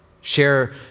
Share